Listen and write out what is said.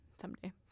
someday